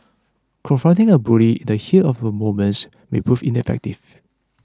confronting a bully in the heat of the moments may prove ineffective